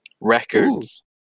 records